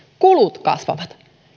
kulut kasvavat